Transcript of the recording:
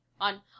on